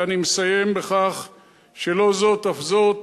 ואני מסיים בכך שלא זאת אף זאת,